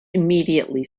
immediately